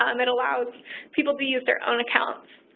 um it allows people to use their own accounts.